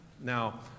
Now